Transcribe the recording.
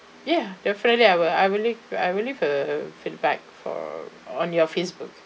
ya definitely I will I will leave I will leave a feedback for on your Facebook